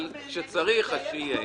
אבל אם צריך - שיהיה.